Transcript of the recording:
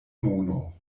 mono